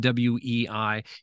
WEI